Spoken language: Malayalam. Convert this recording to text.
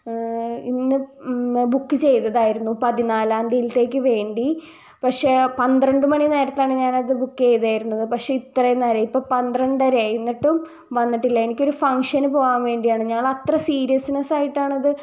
ഇന്ന് ബുക്ക് ചെയ്തതായിരുന്നു പതിനാലാം തീയതിയിത്തേക്ക് വേണ്ടി പക്ഷേ പന്ത്രണ്ട് മണി നേരത്താണ് ഞാനത് ബുക്ക് ചെയ്തിരുന്നത് പക്ഷേ ഇത്രയും നേരം ഇപ്പം പന്ത്രണ്ടര ആയി എന്നിട്ടും വന്നിട്ടില്ല എനിക്കൊരു ഫങ്ങ്ഷന് പോകാൻ വേണ്ടിയാണ് ഞങ്ങളത്ര സീരിയസ്നെസ്സായിട്ടാണത്